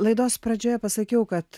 laidos pradžioje pasakiau kad